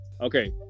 okay